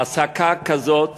העסקה כזאת